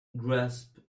grasp